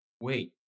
wait